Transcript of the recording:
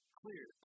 clear